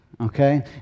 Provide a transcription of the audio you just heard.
Okay